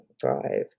thrive